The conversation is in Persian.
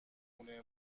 خونه